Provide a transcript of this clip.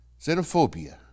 Xenophobia